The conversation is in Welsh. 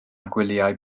gwelyau